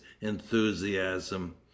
enthusiasm